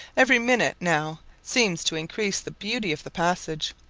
every minute now seems to increase the beauty of the passage.